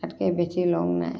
তাতকৈ বেছি লং নাই